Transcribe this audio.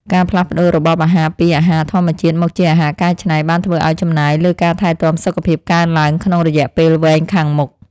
ការផ្លាស់ប្តូររបបអាហារពីអាហារធម្មជាតិមកជាអាហារកែច្នៃ បានធ្វើឱ្យចំណាយលើការថែទាំសុខភាពកើនឡើងក្នុងរយៈពេលវែងខាងមុខ។